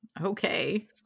Okay